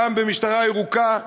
גם במשטרה ירוקה,